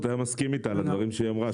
היה מסכים איתה על הדברים שהיא אמרה,